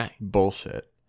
bullshit